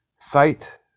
Sight